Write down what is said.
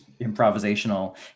improvisational